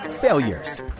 failures